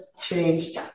changed